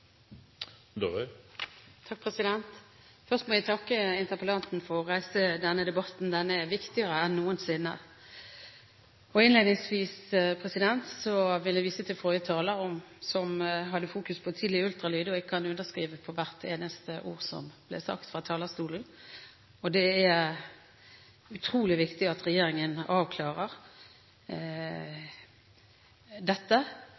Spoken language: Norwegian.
av arveanlegg? Først må jeg takke interpellanten for å reise denne debatten. Den er viktigere enn noensinne. Innledningsvis vil jeg vise til forrige taler, som hadde fokus på tidlig ultralyd. Jeg kan underskrive på hvert eneste ord som ble sagt fra talerstolen. Det er utrolig viktig at regjeringen avklarer dette.